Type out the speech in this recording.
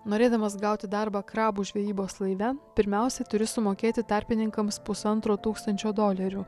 norėdamas gauti darbą krabų žvejybos laive pirmiausia turi sumokėti tarpininkams pusantro tūkstančio dolerių